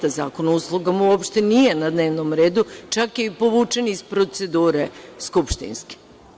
Zakon o uslugama uopšte nije na dnevnom redu, čak je i povučen iz procedure skupštinske.